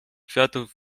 kwiatów